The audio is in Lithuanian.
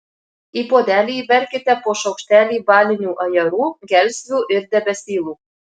į puodelį įberkite po šaukštelį balinių ajerų gelsvių ir debesylų